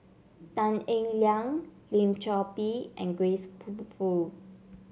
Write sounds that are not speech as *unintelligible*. Tan Eng Liang Lim Chor Pee and Grace *unintelligible* Fu